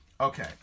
okay